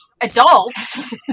adults